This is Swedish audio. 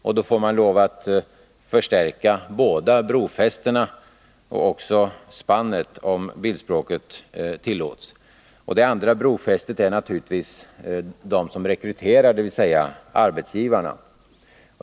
Men då får man lov att — om bildspråket tillåts — förstärka såväl båda brofästena som spannet. Det andra brofästet är naturligtvis de som rekryterar, dvs. arbetsgivarna.